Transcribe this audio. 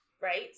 right